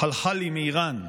חלחלי מאיראן,